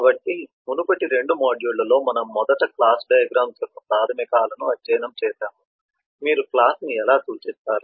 కాబట్టి మునుపటి 2 మాడ్యూళ్ళలో మనము మొదట క్లాస్ డయాగ్రమ్స్ యొక్క ప్రాథమికాలను అధ్యయనం చేసాము మీరు క్లాస్ ను ఎలా సూచిస్తారు